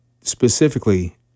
specifically